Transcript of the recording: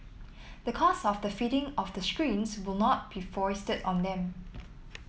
the cost of the fitting of the screens will not be foisted on them